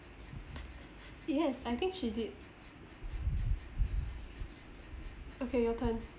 yes I think she did okay your turn